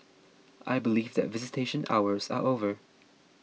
I believe that visitation hours are over